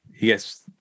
yes